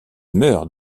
meurt